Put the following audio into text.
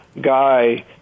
guy